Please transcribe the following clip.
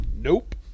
Nope